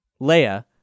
Leia